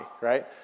right